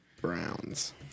Browns